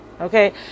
okay